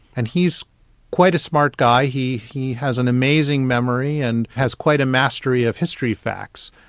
and he's quite a smart guy, he he has an amazing memory and has quite a mastery of history facts.